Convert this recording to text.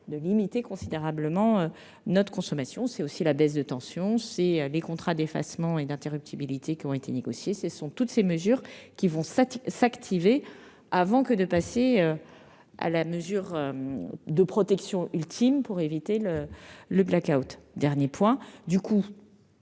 de limiter considérablement notre consommation, de même que les baisses de tension ou les contrats d'effacement et d'interruptibilité qui ont été négociés. Toutes ces mesures seront activées avant de passer à la mesure de protection ultime pour éviter le black-out. Dans une